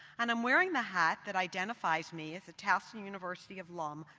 and i'm wearing the hat that identifies me as a towson university alum,